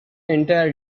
entire